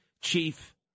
chief